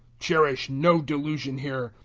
cherish no delusion here.